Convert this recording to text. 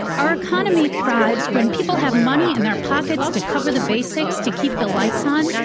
our economy thrives when people have money in their pockets to cover the basics, to keep the lights on,